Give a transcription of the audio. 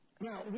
Now